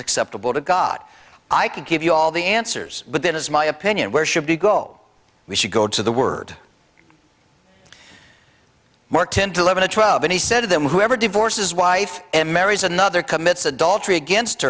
acceptable to god i could give you all the answers but that is my opinion where should we go we should go to the word martin to live in a twelve and he said to them whoever divorces wife and marries another commits adultery against